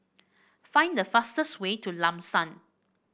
find the fastest way to Lam San